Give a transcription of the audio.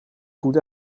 goed